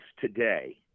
today